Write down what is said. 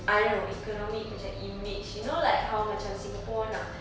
I don't know economic macam image you know like how macam singapore nak